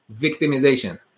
victimization